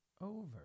over